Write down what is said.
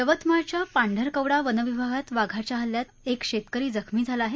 यवतमाळच्या पांढरकवडा वनविभागात वाघाच्या हल्ल्यात एक शेतकरी जखमी झाला आहे